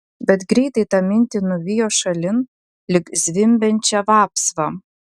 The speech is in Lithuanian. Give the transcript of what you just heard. bet greitai tą mintį nuvijo šalin lyg zvimbiančią vapsvą